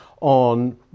on